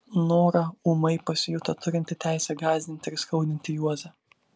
nora ūmai pasijuto turinti teisę gąsdinti ir skaudinti juozą